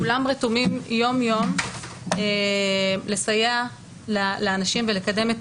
כולם רתומים יום-יום לסייע לאנשים ולקדם את